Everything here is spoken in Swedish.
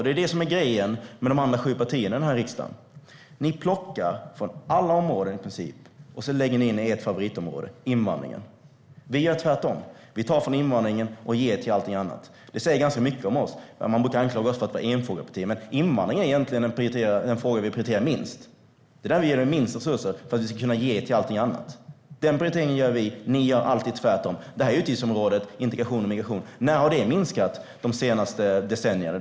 Det är det som är grejen med de andra sju partierna i den här riksdagen. Ni plockar från i princip alla områden och lägger det på ert favoritområde: invandringen. Vi gör tvärtom. Vi tar från invandringen och ger till allting annat. Det säger ganska mycket om oss. Man brukar anklaga oss för att vara ett enfrågeparti, men invandringen är egentligen den fråga vi prioriterar minst. Det är den vi ger minst resurser för att kunna ge till allting annat. Den prioriteringen gör vi. Ni gör alltid tvärtom. När har de här utgiftsområdena, integration och migration, minskat de senaste decennierna?